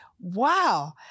wow